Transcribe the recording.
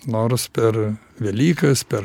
nors per velykas perk